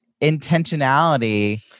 intentionality